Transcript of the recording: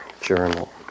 journal